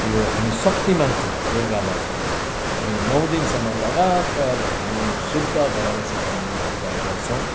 यो हामी शक्ति मान्छौँ दुर्गालाई चाहिँ हामी नौ दिनसम्म लगातार हामी शुद्ध भएर चाहिँ हामी यो पूजा गर्छौँ